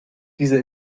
diese